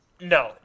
No